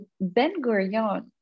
Ben-Gurion